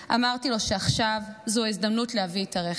אמרתי לו שעכשיו זו ההזדמנות להביא את הרכב.